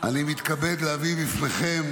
אני מתכבד להביא בפניכם